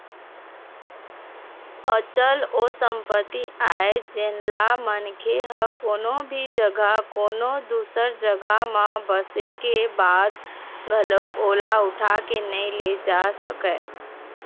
अचल ओ संपत्ति आय जेनला मनखे ह कोनो भी जघा कोनो दूसर जघा म बसे के बाद घलोक ओला उठा के नइ ले जा सकय